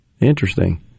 Interesting